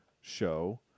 show